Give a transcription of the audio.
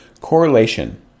correlation